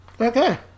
okay